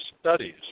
studies